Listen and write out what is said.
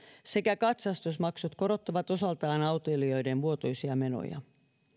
sekä katsastusmaksut korottavat osaltaan autoilijoiden vuotuisia menoja